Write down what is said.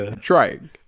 trying